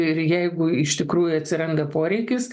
ir jeigu iš tikrųjų atsiranda poreikis